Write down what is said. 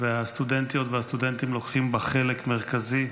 והסטודנטיות והסטודנטים לוקחים בה חלק מרכזי.